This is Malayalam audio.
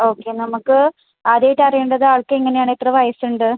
ഓക്കേ നമുക്ക് ആദ്യമായിട്ടറിയേണ്ടത് ആൾക്കെങ്ങനെയാണ് എത്ര വയസ്സുണ്ട്